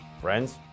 Friends